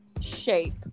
shape